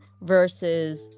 versus